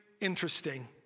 interesting